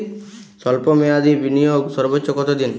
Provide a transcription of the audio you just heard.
স্বল্প মেয়াদি বিনিয়োগ সর্বোচ্চ কত দিন?